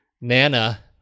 Nana